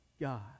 God